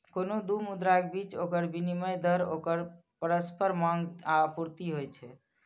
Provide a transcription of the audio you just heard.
कोनो दू मुद्राक बीच ओकर विनिमय दर ओकर परस्पर मांग आ आपूर्ति होइ छै